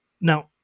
Now